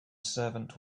servant